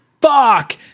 fuck